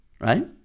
Right